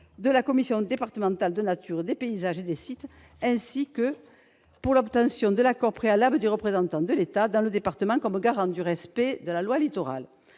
de la commission départementale de la nature, des paysages et des sites, ainsi que par l'obtention de l'accord préalable du représentant de l'État dans le département en tant que garant du respect de la loi Littoral.